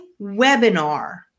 webinar